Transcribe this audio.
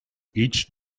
each